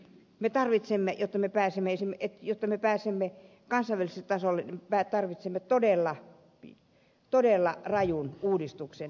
me tarvitsemme jotta me pääsemme kansalliset taas oli pää tarvitsimme kansainväliselle tasolle todella rajun uudistuksen